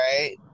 right